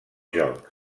joc